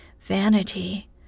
vanity